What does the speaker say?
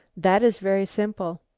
that is very simple.